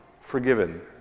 forgiven